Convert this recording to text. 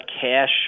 cash